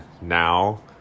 now